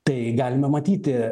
tai galime matyti